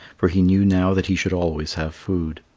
for he knew now that he should always have food.